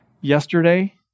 yesterday